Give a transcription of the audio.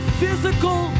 physical